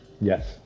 Yes